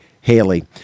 Haley